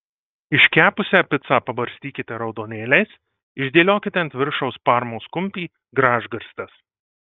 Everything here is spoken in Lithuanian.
iškepusią picą pabarstykite raudonėliais išdėliokite ant viršaus parmos kumpį gražgarstes